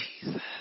Jesus